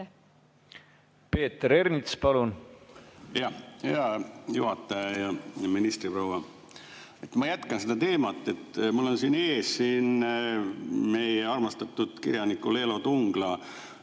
Peeter Ernits, palun!